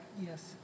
Yes